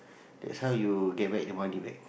that's how you get back the money back